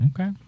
Okay